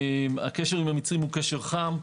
הקשר עם המצרים הוא קשר חם.